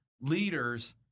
leaders